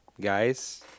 guys